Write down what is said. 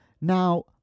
Now